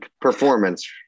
performance